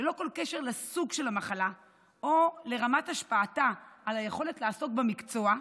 ללא כל קשר לסוג של המחלה או לרמת השפעתה על היכולת לעסוק במקצוע,